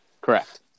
Correct